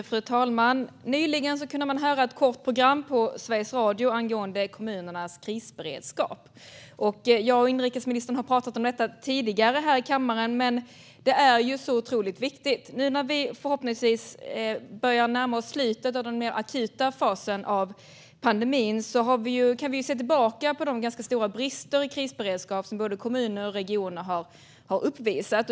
Fru talman! Nyligen kunde man höra ett kort program på Sveriges Radio angående kommunernas krisberedskap. Jag och inrikesministern har pratat om detta tidigare här i kammaren, men det är ju så otroligt viktigt. Nu när vi förhoppningsvis börjar närma oss slutet av den mer akuta fasen av pandemin kan vi se tillbaka på de ganska stora brister i krisberedskap som både kommuner och regioner har uppvisat.